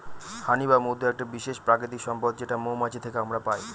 হানি বা মধু একটা বিশেষ প্রাকৃতিক সম্পদ যেটা মৌমাছি থেকে আমরা পাই